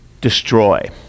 destroy